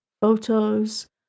photos